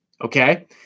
okay